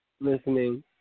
listening